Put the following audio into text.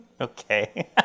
Okay